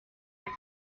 cent